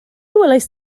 welaist